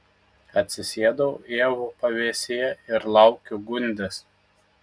atsisėdau ievų pavėsyje ir laukiau gundės